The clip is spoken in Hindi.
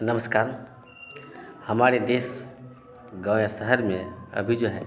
नमस्कार हमारे देश गाँव या शहर में अभी जो है